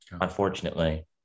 unfortunately